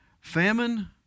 famine